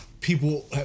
People